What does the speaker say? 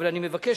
אבל אני מבקש,